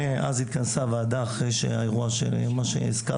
ואז התכנסה הוועדה, אחרי האירוע שהזכרת.